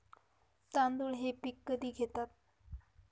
तांदूळ हे पीक कधी घेतात?